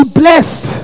blessed